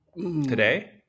today